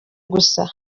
gusa